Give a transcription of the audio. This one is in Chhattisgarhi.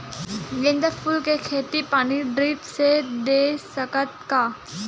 गेंदा फूल के खेती पानी ड्रिप से दे सकथ का?